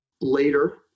later